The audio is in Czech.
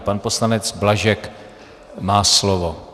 Pan poslanec Blažek má slovo.